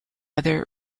other